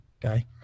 guy